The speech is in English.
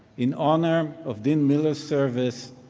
in honor of dean miller's service,